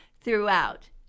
throughout